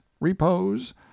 repose